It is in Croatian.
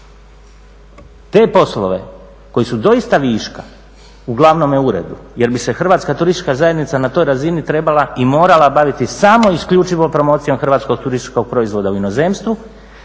Te poslove koji su doista viška u glavnome uredu jer bi se Hrvatska turistička zajednica na toj razini trebala i morala baviti samo i isključivo promocijom hrvatskog turističkog proizvoda u inozemstvu